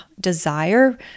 desire